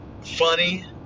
funny